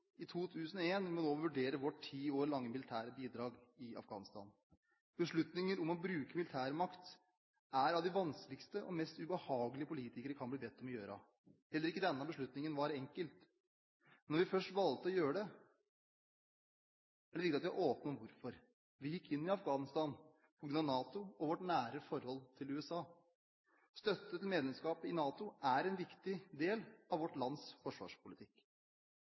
i 2001 vi nå må vurdere vårt ti år lange militære bidrag i Afghanistan. Beslutninger om å bruke militær makt er av de vanskeligste og mest ubehagelig politikere kan bli bedt om å ta. Heller ikke denne beslutningen var enkel. Når vi først valgte å gjøre det, er det viktig at vi er åpne om hvorfor. Vi gikk inn i Afghanistan på grunn av NATO og vårt nære forhold til USA. Støtte til medlemskap i NATO er en viktig del av vårt lands forsvarspolitikk.